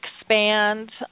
expand